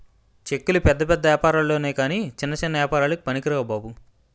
చెక్కులు పెద్ద పెద్ద ఏపారాల్లొనె కాని చిన్న చిన్న ఏపారాలకి పనికిరావు బాబు